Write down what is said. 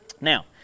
Now